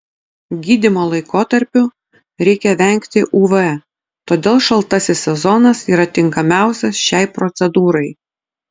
gydymo laikotarpiu reikia vengti uv todėl šaltasis sezonas yra tinkamiausias šiai procedūrai